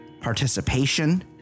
participation